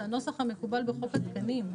זה הנוסח המקובל בחוק התקנים.